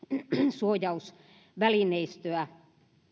suojausvälineistöä